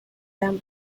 them